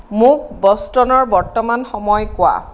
মোক বচটনৰ বৰ্তমান সময় কোৱা